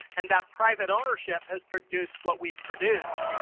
and that private ownership has produced what we produced.